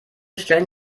stellen